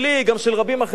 גם של רבים אחרים,